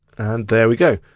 and there we go.